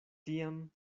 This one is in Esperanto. tiam